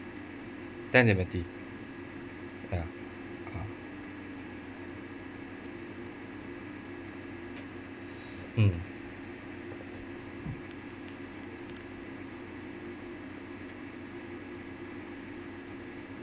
ten lemon tea ya ah mm